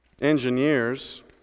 engineers